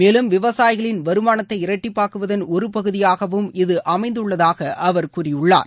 மேலும் விவசாயிகளின் வருமானத்தை இரட்டிப்பாக்குவதன் ஒரு பகுதியாகவும் இது அமைந்துள்ளதாக அவர் கூறியுள்ளார்